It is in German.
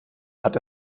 hat